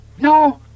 No